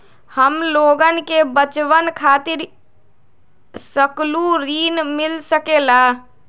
हमलोगन के बचवन खातीर सकलू ऋण मिल सकेला?